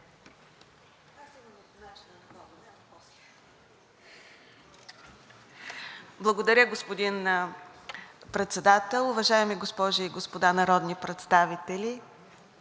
Благодаря, господин Председател. Уважаеми госпожи и господа народни представители,